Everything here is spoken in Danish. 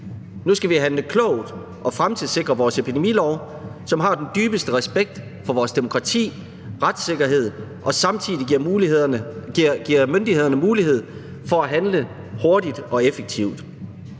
Nu skal vi handle klogt og fremtidssikre vores epidemilov, så den udtrykker den dybeste respekt for vores demokrati og retssikkerhed og samtidig giver myndighederne mulighed for at handle hurtigt og effektivt.